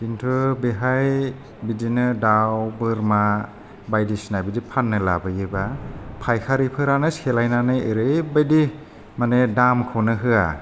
किन्तु बेहाय बिदिनो दाउ बोरमा बायदिसिना बिदि फाननो लाबोयोब्ला फायखारिफ्रानो सेलायनानै ओरैबायदि माने दामखौनो होआ